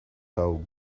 how